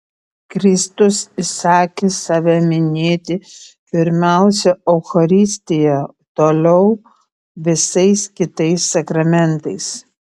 kristus įsakė save minėti pirmiausia eucharistija toliau visais kitais sakramentais